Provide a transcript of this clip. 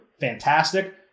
fantastic